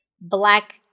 black